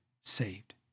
saved